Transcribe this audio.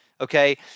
Okay